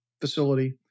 facility